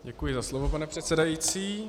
Děkuji za slovo, pane předsedající.